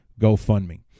GoFundMe